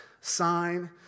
sign